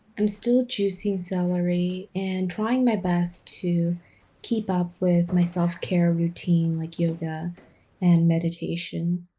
i'm still juicing celery and trying my best to keep up with my self-care routine like yoga and meditation.